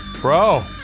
Bro